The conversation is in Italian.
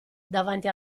davanti